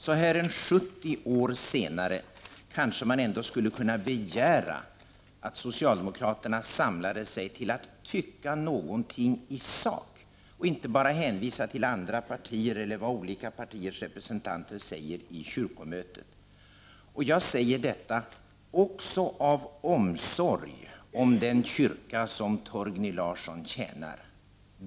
Så här sjuttio år senare kanske man ändå skulle kunna begära att socialdemokraterna samlade sig till att tycka någonting i sak och inte bara hänvisa till andra partier eller vad olika partiers representanter säger i kyrkomötet. Jag säger detta också av omso:g om den kyrka som Torgny Larsson tjänar.